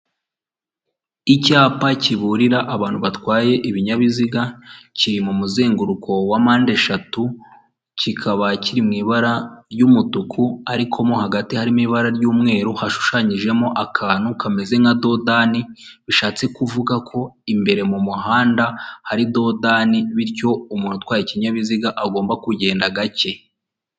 Amafaranga y'amadorari azinze mu mifungo akaba ari imifungo itandatu iyi mifungo uyibonye yaguhindurira ubuzima rwose kuko amadolari ni amafaranga menshi cyane kandi avunjwa amafaranga menshi uyashyize mumanyarwanda rero uwayaguha wahita ugira ubuzima bwiza.